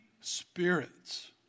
spirits